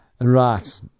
Right